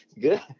Good